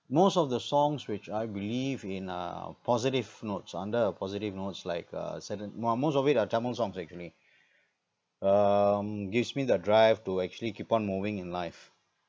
most of the songs which I believe in uh positive notes under a positive notes like uh seven uh most of it are tamil songs actually um gives me the drive to actually keep on moving in life